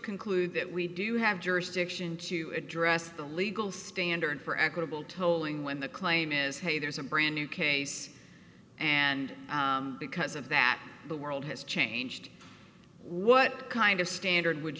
conclude that we do have jurisdiction to address the legal standard for equitable tolling when the claim is hey there's a brand new case and because of that the world has changed what kind of standard would